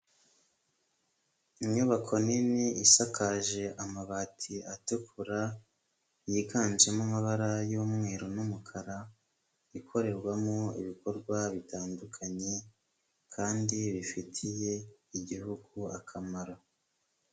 Inyubako nini isakaje amabati atukura, yiganjemo amabara y'umweru n'umukara, ikorerwamo ibikorwa bitandukanye kandi bifitiye Igihugu akamaro.